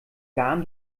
garn